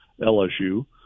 LSU